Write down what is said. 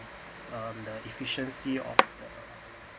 um the efficiency of the